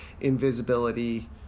invisibility